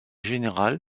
général